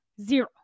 Zero